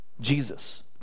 Jesus